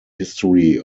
history